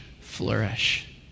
flourish